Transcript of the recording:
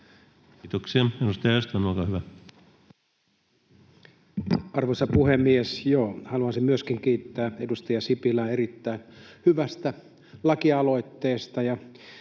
Kiitoksia. — Edustaja Östman, olkaa hyvä. Arvoisa puhemies! Haluaisin myöskin kiittää edustaja Sipilää erittäin hyvästä lakialoitteesta.